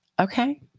Okay